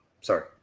sorry